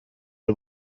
y’u